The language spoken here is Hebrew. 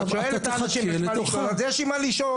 אתה שואל אם יש מה לשאול אז יש לי מה לשאול.